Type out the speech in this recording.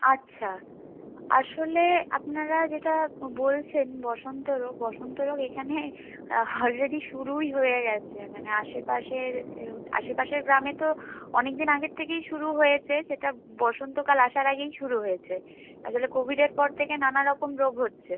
আচ্ছা আসলে আপনারা যেটা বলছেন বসন্ত রোগ বসন্ত রোগ এখানে অলরেডি শুরুই হয়ে গেছে মানে আশেপাশের আশেপাশের গ্রামে তো অনেক দিন আগের থেকেই শুরু হয়েছে সেটা বসন্তকাল আসার আগেই শুরু হয়েছে আসলে কোভিডের পর থেকে নানা রকম রোগ হচ্ছে